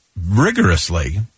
rigorously